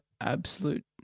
Absolute